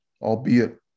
albeit